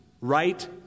right